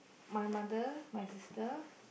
my mother my sister